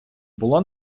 було